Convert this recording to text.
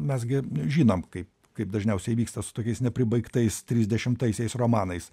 mes gi žinom kaip kaip dažniausiai vyksta su tokiais nepribaigtais trisdešimtaisiais romanais